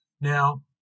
Now